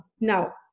Now